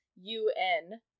U-N